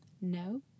no